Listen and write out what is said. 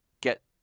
get